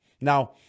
Now